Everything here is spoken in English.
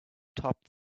topped